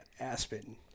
aspen